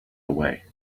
away